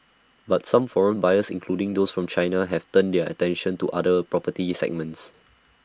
but some foreign buyers including those from China have turned their attention to other property segments